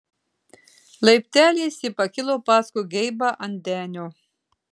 laipteliais ji pakilo paskui geibą ant denio